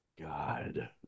God